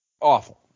awful